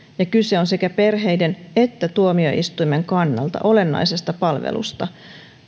ja kyse on sekä perheiden että tuomioistuimen kannalta olennaisesta palvelusta